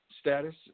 status